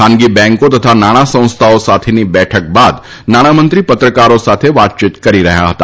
ખાનગી બેંકો તથા નાણાં સંસ્થાઓ સાથેની બેઠક બાદ નાણાંમંત્રી પત્રકારો સાથે વાતયીત કરી રહ્યા હતા